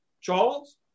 Charles